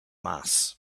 mass